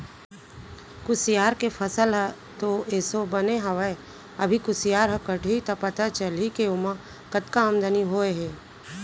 कुसियार के फसल ह तो एसो बने हवय अभी कुसियार ह कटही त पता चलही के ओमा कतका आमदनी होय हे